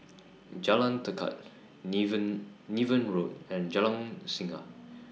Jalan Tekad Niven Niven Road and Jalan Singa